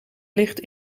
ligt